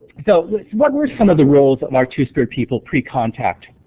so what were some other roles of our two-spirit people pre-contact?